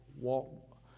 walk